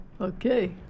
Okay